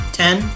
ten